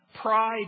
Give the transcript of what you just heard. Pride